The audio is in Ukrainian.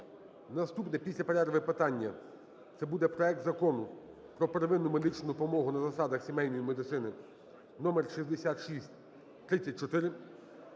наступне після перерви питання - це буде проект Закону про первинну медичну допомогу на засадах сімейної медицини (№ 6634)